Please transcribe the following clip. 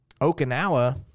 Okinawa